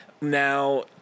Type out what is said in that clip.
Now